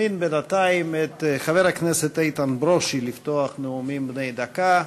אזמין בינתיים את חבר הכנסת איתן ברושי לפתוח את הנאומים בני דקה,